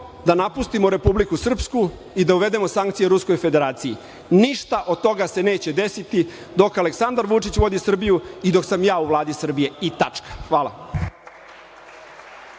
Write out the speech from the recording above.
da napustimo Republiku Srpsku i da uvedemo sankcije Ruskoj federaciji. Ništa od toga se neće desiti dok Aleksandar Vučić vodi Srbiju i dok sam ja u Vladi Srbije i tačka. Hvala.